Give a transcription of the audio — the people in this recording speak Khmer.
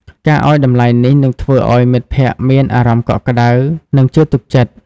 ការឱ្យតម្លៃនេះ នឹងធ្វើឱ្យមិត្តភក្តិមានអារម្មណ៍កក់ក្តៅ និងជឿទុកចិត្ត។